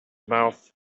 mouth